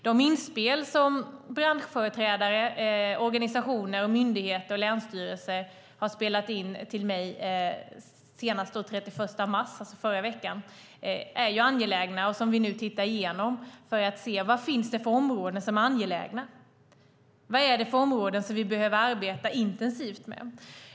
De inspel som branschföreträdare, organisationer, myndigheter och länsstyrelser hade att lämna till mig senast den 31 mars, förra veckan, var angelägna. Vi tittar nu på vilka områden som är angelägna att åtgärda. Vilka områden behöver vi arbeta intensivt med?